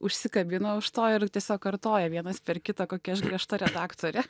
užsikabino už to ir tiesiog kartoja vienas per kitą kokia aš griežta redaktorė